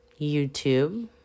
YouTube